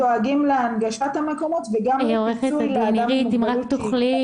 לדוגמא היתה